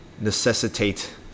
necessitate